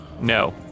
No